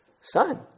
Son